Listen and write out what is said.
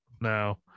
No